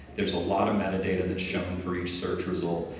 there's a lot of metadata that's shown for each search result.